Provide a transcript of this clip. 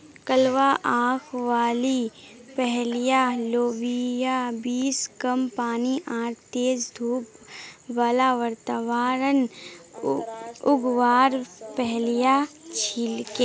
कलवा आंख वाली फलियाँ लोबिया बींस कम पानी आर तेज धूप बाला वातावरणत उगवार फलियां छिके